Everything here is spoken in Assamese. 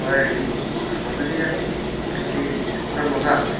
তই আন' যদি আনিবি খালী হেডফোনডাল মজা আছে